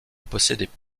possédaient